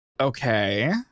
Okay